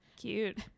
Cute